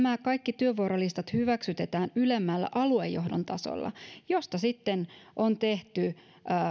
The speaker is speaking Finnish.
vaan kaikki työvuorolistat hyväksytetään ylemmällä aluejohdon tasolla jossa sitten on tehty